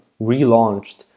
relaunched